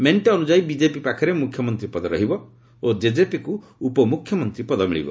ମେଣ୍ଟ ଅନୁଯାୟୀ ବିଜେପି ପାଖରେ ମୁଖ୍ୟମନ୍ତ୍ରୀ ପଦ ରହିବ ଓ କେଜେପିକୁ ଉପମୁଖ୍ୟମନ୍ତ୍ରୀ ପଦ ମିଳିବ